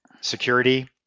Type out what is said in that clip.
security